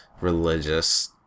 religious